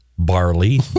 Barley